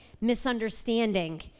misunderstanding